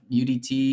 UDT